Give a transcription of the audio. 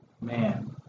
man